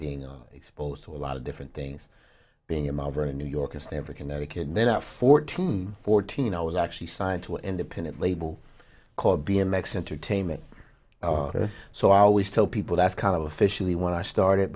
being exposed to a lot of different things being i'm over in new york at stanford connecticut and then at fourteen fourteen i was actually signed to independent label called b m x intertainment so i always tell people that's kind of officially what i started